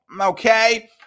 okay